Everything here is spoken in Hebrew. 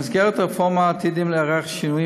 במסגרת הרפורמה עתידים להיערך שינויים